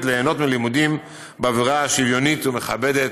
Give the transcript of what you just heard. ליהנות מלימודים באווירה שוויונית ומכבדת,